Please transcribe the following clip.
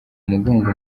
umugongo